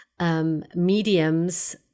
Mediums